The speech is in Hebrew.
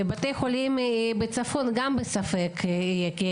ובבתי חולים בצפון גם בספק יהיה.